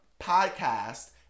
podcast